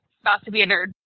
about-to-be-a-nerd